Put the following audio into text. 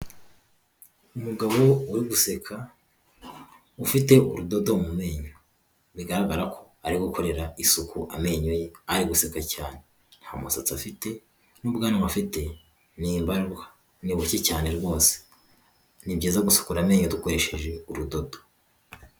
Umugabo uri guseka ufite urudodo mu menyo bigaragara ko ari gukorera isuku amenyo ye ari guseka cyane ntamusatsi afite n'ubwanwa afite ni mbarwa ni buke cyane rwose ni byiza gusukura amenyo dukoresheje urudodo.